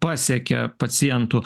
pasiekia pacientų